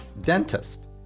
dentist